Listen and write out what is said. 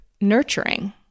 nurturing